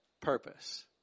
Purpose